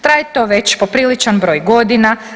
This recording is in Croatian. Traje to već popriličan broj godina.